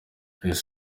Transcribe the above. ese